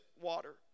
water